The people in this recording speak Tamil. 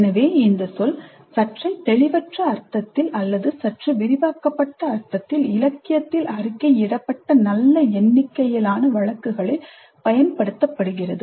எனவே இந்த சொல் சற்றே தெளிவற்ற அர்த்தத்தில் அல்லது சற்று விரிவாக்கப்பட்ட அர்த்தத்தில் இலக்கியத்தில் அறிக்கையிடப்பட்ட நல்ல எண்ணிக்கையிலான வழக்குகளில் பயன்படுத்தப்படுகிறது